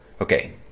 Okay